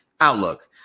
outlook